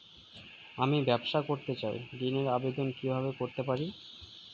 আমি ব্যবসা করতে চাই ঋণের আবেদন কিভাবে করতে পারি?